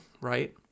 right